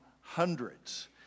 hundreds